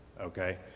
okay